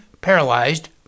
paralyzed